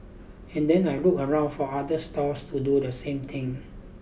and then I'll look around for other stalls to do the same thing